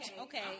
okay